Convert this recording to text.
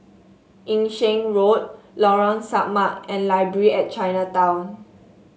Yung Sheng Road Lorong Samak and Library at Chinatown